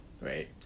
right